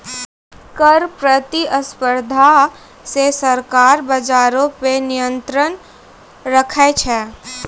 कर प्रतिस्पर्धा से सरकार बजारो पे नियंत्रण राखै छै